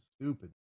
stupid